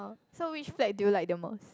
oh so which flag do you like the most